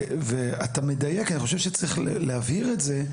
אני חושב שצריך להבהיר את זה,